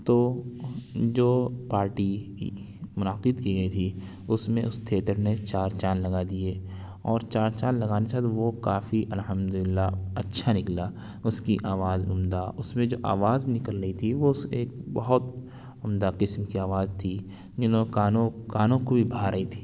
تو جو پارٹی منعقد کی گئی تھی اس میں اس تھیٹر نے چار چاند لگادیے اور چار چاند لگانے سے وہ کافی الحمد للہ اچھا نکلا اس کی آواز عمدہ اس میں جو آواز نکل رہی تھی وہ اس ایک بہت عمدہ قسم کی آواز تھی جنہوں کانوں کانوں کو ہی بھا رہی تھی